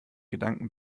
gedanken